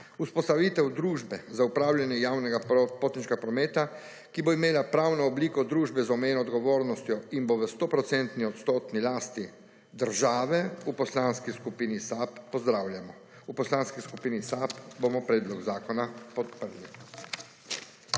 Vzpostavitev družbe za upravljanje javnega potniškega prometa, ki bo imela pravno obliko družbe z omejeno odgovornostjo in bo v 100-odstotni lasti države, v Poslanski skupini SAB pozdravljamo. V Poslanski skupini SAB bomo predlog zakona podprli.